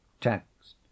Text